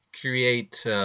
create